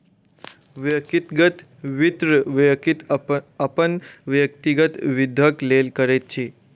व्यक्तिगत वित्त, व्यक्ति अपन व्यक्तिगत वृद्धिक लेल करैत अछि